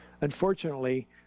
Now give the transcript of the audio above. Unfortunately